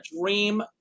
dream